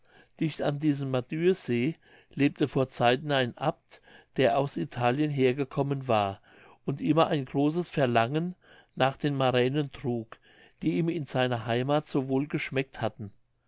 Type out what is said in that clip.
dicht an diesem madüesee lebte vor zeiten ein abt der aus italien hergekommen war und immer ein großes verlangen nach den maränen trug die ihm in seiner heimath so wohl geschmeckt hatten